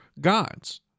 God's